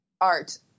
Art